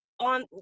On